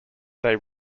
they